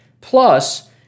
Plus